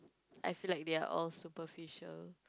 I feel like they are all superficial